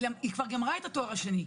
היא כבר גמרה את התואר השני.